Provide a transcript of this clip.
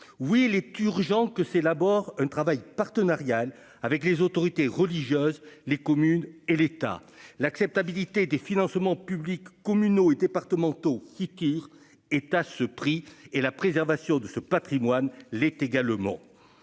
oui, il est urgent que s'élabore un travail partenarial avec les autorités religieuses, les communes et l'État l'acceptabilité des financements publics communaux et départementaux qui qui est à ce prix et la préservation de ce Patrimoine, l'est également,